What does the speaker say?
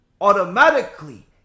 automatically